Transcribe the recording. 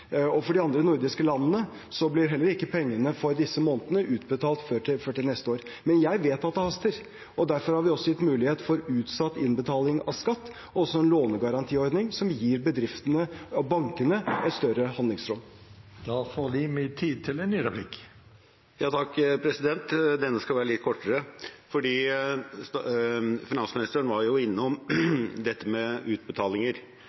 For de andre nordiske landene blir heller ikke pengene for disse månedene utbetalt før til neste år. Men jeg vet at det haster, derfor har vi også gitt mulighet for utsatt innbetaling av skatt og også en lånegarantiordning som gir bedriftene og bankene større handlingsrom. Da får Limi tid til en ny replikk. Takk, president, denne skal være litt kortere. Finansministeren var innom dette med utbetalinger